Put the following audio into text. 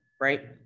right